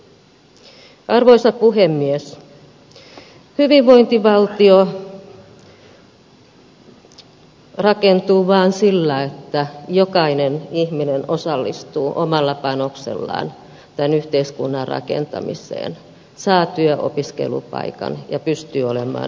hyvinvointivaltio rakentuu vaan sillä että jokainen ihminen osallistuu omalla panoksellaan tämän yhteiskunnan rakentamiseen saa työ ja opiskelupaikan ja pystyy olemaan hyödyksi